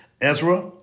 Ezra